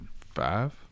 Five